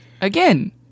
Again